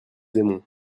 aimons